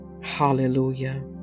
Hallelujah